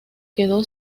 quedó